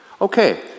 Okay